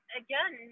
again